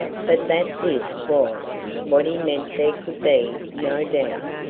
but that this was what he meant there could be no doubt,